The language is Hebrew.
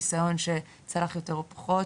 ניסיון שצלח יותר או פחות